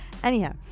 Anyhow